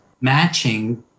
matching